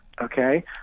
okay